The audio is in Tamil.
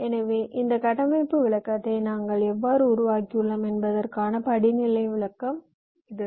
எனவே இந்த கட்டமைப்பு விளக்கத்தை நாங்கள் எவ்வாறு உருவாக்கியுள்ளோம் என்பதற்கான படிநிலை விளக்கம் இது